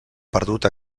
perdut